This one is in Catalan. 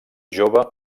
jove